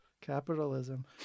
Capitalism